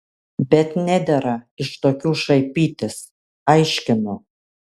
bet nedera iš tokių šaipytis aiškinu